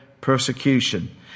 persecution